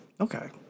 Okay